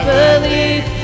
believe